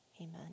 Amen